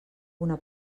una